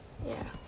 ya